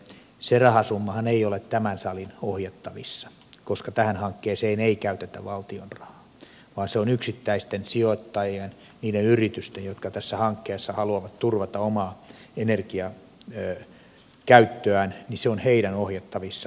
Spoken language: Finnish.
se rahasummahan ei ole tämän salin ohjattavissa koska tähän hankkeeseen ei käytetä valtion rahaa vaan se on yksittäisten sijoittajien niiden yritysten jotka tässä hankkeessa haluavat turvata omaa energiankäyttöään ohjattavissa